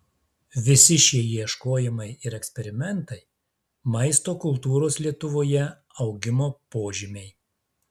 visi šie ieškojimai ir eksperimentai maisto kultūros lietuvoje augimo požymiai